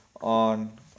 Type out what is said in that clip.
on